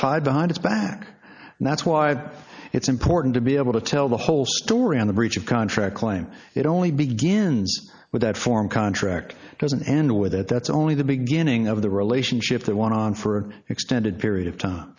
tied behind its back and that's why it's important to be able to tell the whole story on the breach of contract claim it only begins with that form contract doesn't end with it that's only the beginning of the relationship they want on for an extended period of time